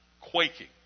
quaking